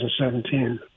2017